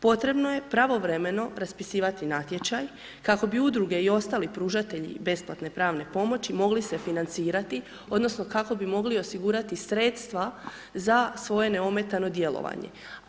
Potrebno je pravovremeno raspisivati natječaj kako bi Udruge i drugi pružatelji besplatne pravne pomoći, mogli se financirati odnosno kako bi mogli osigurati sredstva za svoje neometano djelovanje.